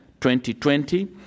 2020